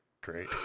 Great